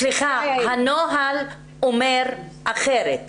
סליחה, הנוהל אומר אחרת.